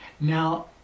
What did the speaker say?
Now